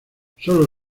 sólo